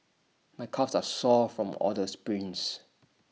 my calves are sore from all the sprints